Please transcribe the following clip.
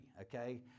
okay